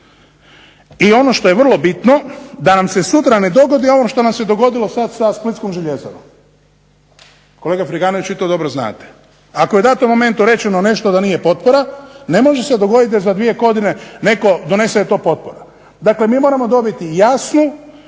I ono što je vrlo bitno da nam se sutra ne dogodi ono što se nam se dogodilo sada sa Splitskom željezarom, kolega Friganoviću vi to dobro znate. Ako je u datom momentu rečeno nešto da nije potpora, ne može se dogoditi za dvije godine da netko donese da je to potpora. Dakle, mi moramo dobiti jasnu